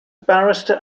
barrister